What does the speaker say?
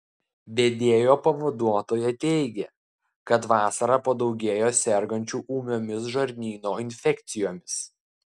vedėjo pavaduotoja teigė kad vasarą padaugėja sergančių ūmiomis žarnyno infekcijomis